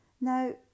Now